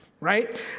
right